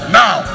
now